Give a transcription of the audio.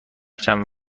چند